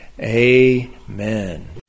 Amen